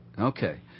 Okay